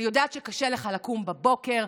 אני יודעת שקשה לך לקום בבוקר,